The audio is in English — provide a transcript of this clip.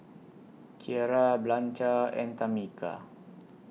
Kiera Blanca and Tamica